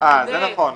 זה נכון.